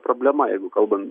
problemą jeigu kalbant